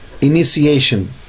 initiation